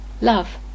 love